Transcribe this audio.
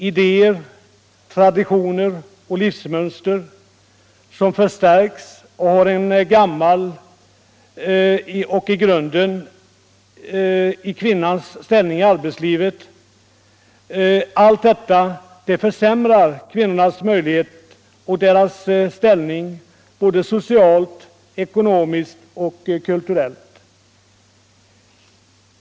Idéer, traditioner och livsmönster, som förstärks och har en gammal grund i kvinnans ställning i arbetslivet, allt försämrar kvinnornas möjligheter och deras ställning socialt, ekonomiskt och kul turellt.